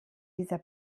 dieser